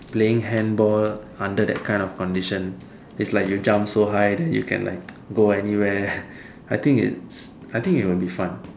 playing handball under that kind of condition it's like you jump so high that you can like go anywhere I think it's I think it will be fun